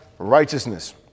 righteousness